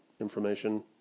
information